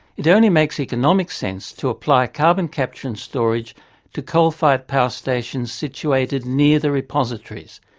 it only makes economic sense to apply carbon capture and storage to coal-fired power stations situated near the repositories.